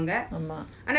ஆமா:ama